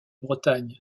bretagne